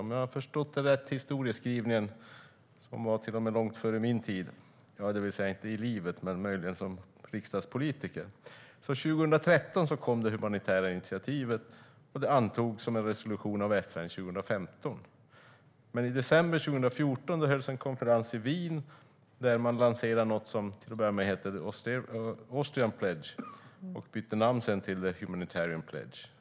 Om jag har förstått historieskrivningen rätt kom det humanitära initiativet 2013, vilket var långt före min tid - ja, inte i livet men som riksdagspolitiker - och antogs som en resolution av FN 2015. Men i december 2014 hölls en konferens i Wien där man lanserade något som till en början hette Austrian Pledge och sedan bytte namn till Humanitarian Pledge.